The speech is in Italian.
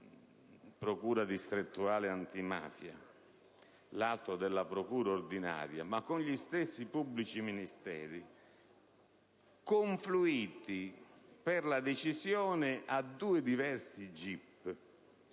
Procura distrettuale antimafia, l'altro della Procura ordinaria, ma con gli stessi pubblici ministeri, confluiti per la decisione a due diversi GIP.